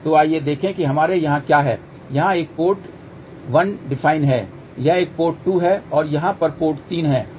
तो आइए देखें कि हमारे यहाँ क्या है यहाँ एक पोर्ट 1 डिफाइन है यह एक पोर्ट 2 है और यहाँ पर पोर्ट 3 है